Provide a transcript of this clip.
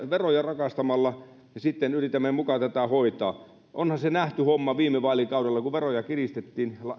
veroja rakastamalla yritämme muka tätä hoitaa onhan se nähty homma viime vaalikaudella kun veroja kiristettiin